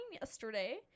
yesterday